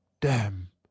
Damn